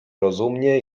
rozumnie